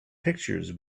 pictures